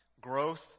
Growth